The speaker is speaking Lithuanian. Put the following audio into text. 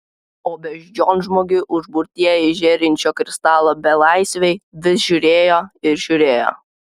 o beždžionžmogiai užburtieji žėrinčio kristalo belaisviai vis žiūrėjo ir žiūrėjo